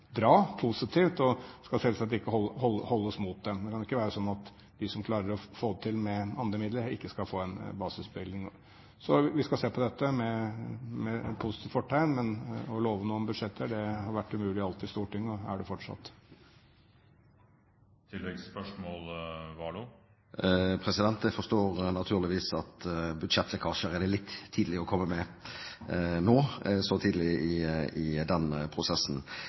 positivt, og skal selvsagt ikke holdes mot dem. Det kan ikke være sånn at de som klarer å få til noe med andre midler, ikke skal få en basisbevilgning. Vi skal se på dette med positivt fortegn, men å love noen budsjetter har alltid vært umulig i Stortinget og er det fortsatt. Jeg forstår naturligvis at budsjettlekkasjer er det litt tidlig å komme med nå så tidlig i denne prosessen.